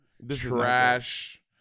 trash